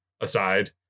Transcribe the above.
aside